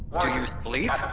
do you sleep?